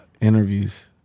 interviews